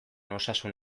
osasun